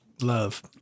Love